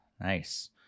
Nice